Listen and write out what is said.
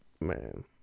Man